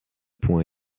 point